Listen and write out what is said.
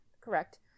correct